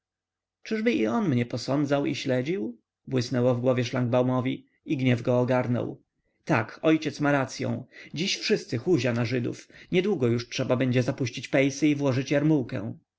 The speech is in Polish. czyżby i on mnie posądzał i śledził błysnęło w głowie szlangbaumowi i gniew go ogarnął tak ma ojciec racyą dziś wszyscy huzia na żydów niedługo już trzeba będzie zapuścić pejsy i włożyć